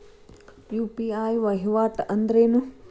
UPI ವಹಿವಾಟ್ ಅಂದ್ರೇನು?